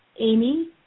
Amy